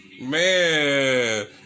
Man